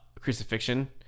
crucifixion